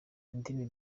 indimi